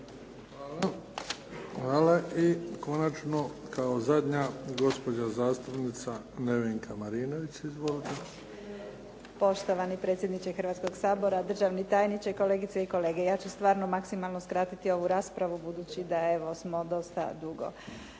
Hvala. I konačno kao zadnja gospođa zastupnica Nevenka Marinović. Izvolite. **Marinović, Nevenka (HDZ)** Poštovani predsjedniče Hrvatskog sabora, državni tajniče, kolegice i kolege. Ja ću stvarno maksimalno skratiti ovu raspravu budući da smo evo dosta dugo.